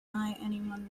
anyone